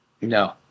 No